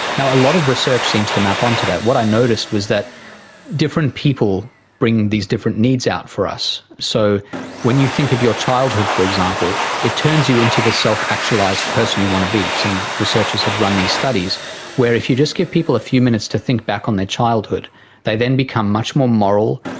a lot of research seems to map onto that. what i noticed was that different people bring these different needs out for us. so when you think of your childhood, for example, it turns you into the self-actualised person you want to be. some researchers had run these studies where if you just give people a few minutes to think back on their childhood they then become much more moral,